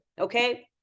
okay